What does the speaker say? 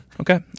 Okay